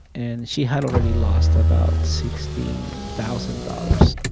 and she had already lost about sixty thousand dollars.